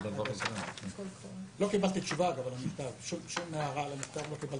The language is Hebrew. לא קיבלתי שום הערה על המכתב.